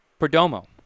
Perdomo